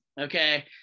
okay